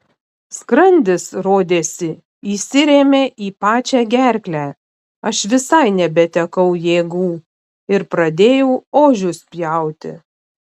skrandis rodėsi įsirėmė į pačią gerklę aš visai nebetekau jėgų ir pradėjau ožius pjauti